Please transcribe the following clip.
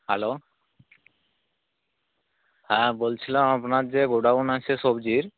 hello হ্যাঁ বলছিলাম আপনার যে গোডাউন আছে সবজির